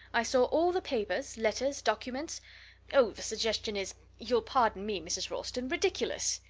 i saw all the papers letters, documents oh, the suggestion is you'll pardon me, mrs. ralston ridiculous!